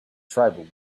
tribal